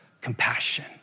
compassion